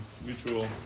mutual